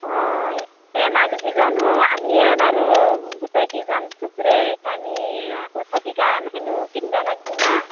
অ এই মানুহকেইজনো আমিয়ে বাৰু গোটেইকেইজন আমি কিনবা লাগবো না